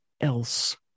else